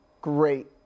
great